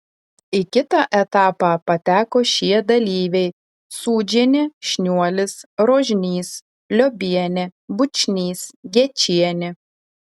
į kitą etapą pateko šie dalyviai sūdžienė šniuolis rožnys liobienė bučnys gečienė